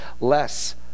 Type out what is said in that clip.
less